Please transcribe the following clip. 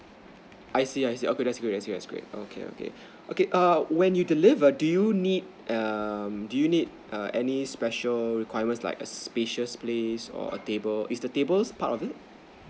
I see I see okay that's great that's great that's great okay okay okay err when you deliver do you need err do you need any special requirement like a spacious place or a table is the table a part of it